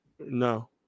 No